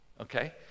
okay